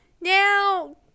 now